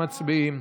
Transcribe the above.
מצביעים.